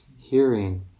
hearing